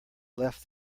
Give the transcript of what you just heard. left